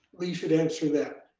lee should answer that.